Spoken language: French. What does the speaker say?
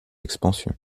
expansion